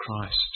Christ